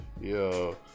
Yo